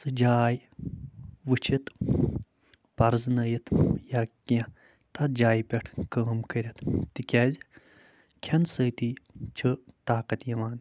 سُہ جاے وٕچھِتھ پَرزٕنٲیِتھ یا کیٚنہہ تَتھ جایہِ پٮ۪ٹھ کٲم کٔرِتھ تِکیٛازِ کھٮ۪نہٕ سۭتی چھُ طاقَت یِوان